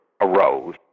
arose